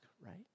right